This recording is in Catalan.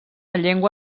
llengua